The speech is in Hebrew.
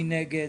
מי נגד?